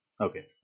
okay